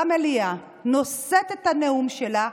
במליאה, נושאת את הנאום שלה,